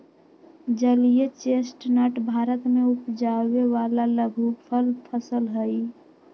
जलीय चेस्टनट भारत में उपजावे वाला लघुफल फसल हई